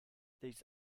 these